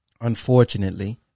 unfortunately